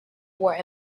wore